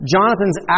Jonathan's